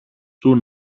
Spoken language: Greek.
του